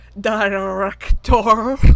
director